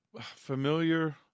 familiar